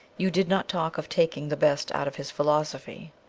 you did not talk of taking the best out of his philosophy.